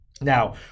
Now